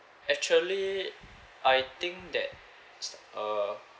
actually I think that it's uh